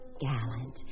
gallant